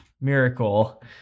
miracle